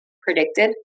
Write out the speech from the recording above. predicted